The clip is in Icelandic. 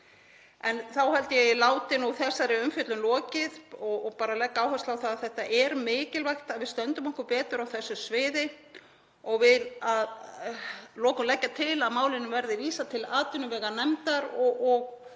ég að ég láti þessari umfjöllun lokið og legg áherslu á að það er mikilvægt að við stöndum okkur betur á þessu sviði. Ég vil að lokum leggja til að málinu verði vísað til atvinnuveganefndar og hvetja